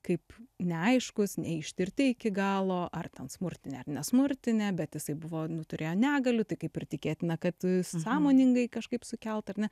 kaip neaiškūs neištirti iki galo ar ten smurtinė ar nesmurtinė bet jisai buvo nu turėjo negalių tai kaip ir tikėtina kad sąmoningai kažkaip sukelta ar ne